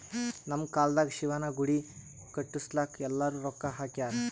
ನಮ್ ಕಾಲ್ದಾಗ ಶಿವನ ಗುಡಿ ಕಟುಸ್ಲಾಕ್ ಎಲ್ಲಾರೂ ರೊಕ್ಕಾ ಹಾಕ್ಯಾರ್